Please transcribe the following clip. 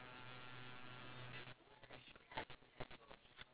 think he just like oh animal eat never die maybe I eat also won't die